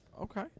Okay